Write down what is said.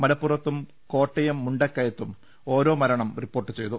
മലപ്പുറത്തും കോട്ടയം മുണ്ടക്കയത്തും ഓരോ മരണം റിപ്പോർട്ട് ചെയ്തു